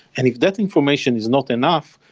and if that information is not enough,